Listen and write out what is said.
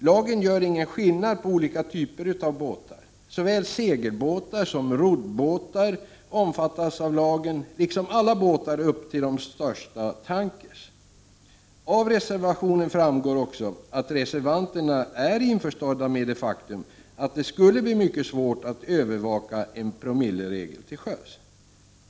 Lagen gör ingen skillnad mellan olika typer av båtar. Såväl segelbåtar som roddbåtar omfattas av lagen — liksom alla andra båtar, t.o.m. de största tankrar. Av reservationen framgår också att reservanterna är införstådda med det faktum att det skulle bli mycket svårt att övervaka en promilleregel till sjöss.